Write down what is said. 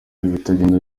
ibitagenda